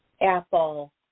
Apple